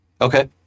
Okay